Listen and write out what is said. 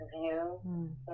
view